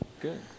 good